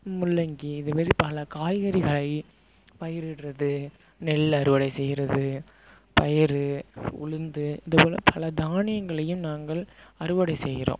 முள்ளங்கி இதைமேரி பல காய்கறிகளை பயிரிடுறது நெல் அறுவடை செய்கிறது பயறு உளுந்து இதைபோல பல தானியங்களையும் நாங்கள் அறுவடை செய்கிறோம்